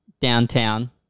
downtown